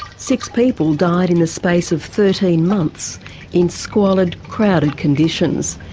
six people died in the space of thirteen months in squalid, crowded conditions,